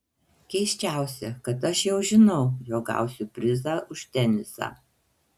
keisčiausia kad aš jau žinau jog gausiu prizą už tenisą